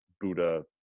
Buddha